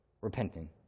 Repenting